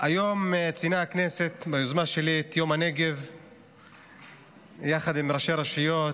היום ציינה הכנסת ביוזמה שלי את יום הנגב יחד עם ראשי רשויות,